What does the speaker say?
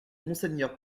monseigneur